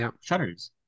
shutters